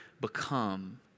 become